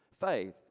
faith